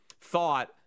thought